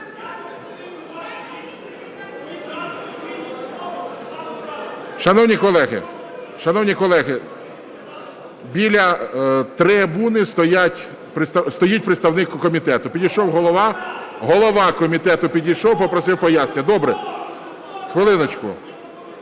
Шановні колеги, біля трибуни стоїть представник комітету. Підійшов голова... Голова комітету підійшов, попросив пояснення. (Шум у залі) Добре. Хвилиночку.